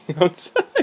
outside